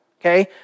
Okay